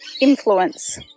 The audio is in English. influence